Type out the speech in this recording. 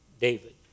David